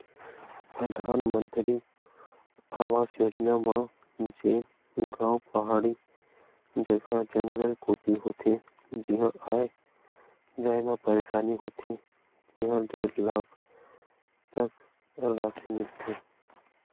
परधानमंतरी आवास योजना म जेन गाँव पहाड़ी जघा, जंगल कोती होथे जिहां आए जाए म परसानी होथे तिहां डेढ़ लाख तक रासि मिलथे